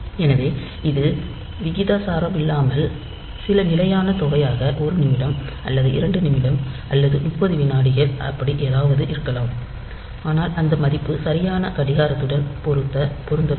எனவே இது விகிதாசாரமில்லாமல் சில நிலையான தொகையாக 1 நிமிடம் அல்லது 2 நிமிடம் அல்லது 30 வினாடிகள் அப்படி ஏதாவது இருக்கலாம் ஆனால் அந்த மதிப்பு சரியான கடிகாரத்துடன் பொருந்த வேண்டும்